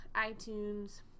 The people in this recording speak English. iTunes